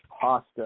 pasta